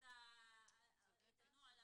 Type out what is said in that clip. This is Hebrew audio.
אני אסביר לך.